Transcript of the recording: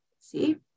See